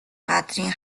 газрын